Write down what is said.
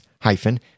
hyphen